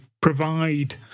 provide